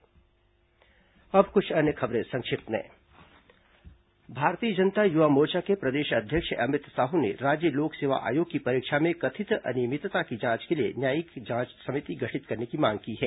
संक्षिप्त समाचार अब कुछ अन्य खबरें संक्षिप्त में भारतीय जनता युवा मोर्चा के प्रदेश अध्यक्ष अमित साहू ने राज्य लोक सेवा आयोग की परीक्षा में कथित अनियमितता की जांच के लिए न्यायिक जांच समिति गठित करने की मांग की है